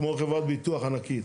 כמו חברת ביטוח ענקית,